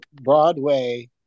Broadway